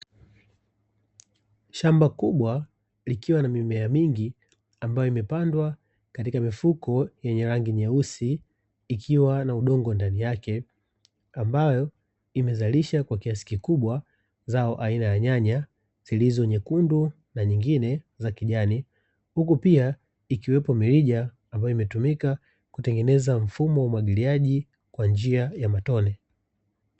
Shamba kubwa likiwa na mimea mingi ambayo imepandwa katika mifuko yenye rangi nyeusi ikiwa na udongo ndani yake, ambayo imezalisha kwa kiasi kikubwa zao aina ya nyanya zilizo nyekundu na nyingine za kijani, huku pia ikiwepo mirija ambayo imetumika kutengeneza mfumo wa umwagiliaji kwa njia ya matone.